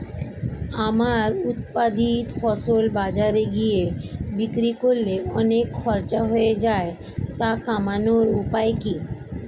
আমার উৎপাদিত ফসল বাজারে গিয়ে বিক্রি করলে অনেক খরচ হয়ে যায় তা কমানোর উপায় কি?